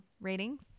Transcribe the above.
Ratings